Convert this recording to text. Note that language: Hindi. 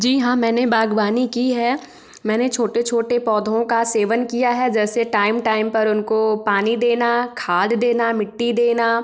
जी हाँ मैंने बागवानी की है मैंने छोटे छोटे पौधों का सेवन किया है जैसे टाइम टाइम पर उनको पानी देना खाद देना मिट्टी देना